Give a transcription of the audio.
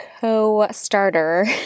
co-starter